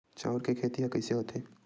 चांउर के खेती ह कइसे होथे?